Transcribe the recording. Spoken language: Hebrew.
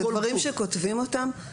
זה דברים שכותבים אותם.